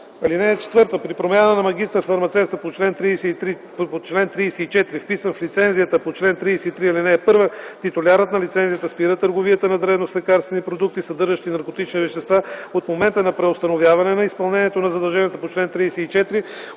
ал. 1. (4) При промяна на магистър-фармацевта по чл. 34, вписан в лицензията по чл. 33, ал. 1, титулярът на лицензията спира търговията на дребно с лекарствени продукти, съдържащи наркотични вещества от момента на преустановяване на изпълнението на задълженията по чл. 34